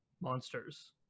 monsters